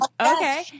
Okay